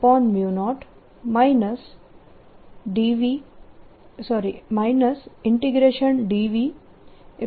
0 dV 0E